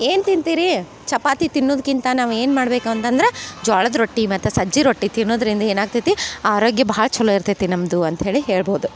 ಏನು ತಿಂತಿರೀ ಚಪಾತಿ ತಿನುದ್ಕಿಂತ ನಾವು ಏನು ಮಾಡಬೇಕು ಅಂತಂದ್ರ ಜ್ವಾಳದ ರೊಟ್ಟಿ ಮತ್ತು ಸಜ್ಜಿ ರೊಟ್ಟಿ ತಿನ್ನುದ್ರಿಂದ ಏನು ಆಗ್ತೈತಿ ಆರೋಗ್ಯ ಭಾಳ ಚಲೊ ಇರ್ತೈತಿ ನಮ್ಮದು ಅಂತ್ಹೇಳಿ ಹೇಳ್ಬೋದು